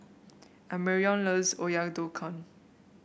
Amarion loves Oyakodon